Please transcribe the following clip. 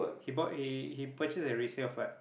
he bought he he purchased a resale flat